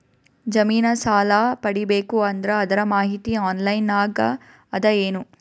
ಜಮಿನ ಸಾಲಾ ಪಡಿಬೇಕು ಅಂದ್ರ ಅದರ ಮಾಹಿತಿ ಆನ್ಲೈನ್ ನಾಗ ಅದ ಏನು?